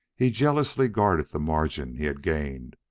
he jealously guarded the margin he had gained,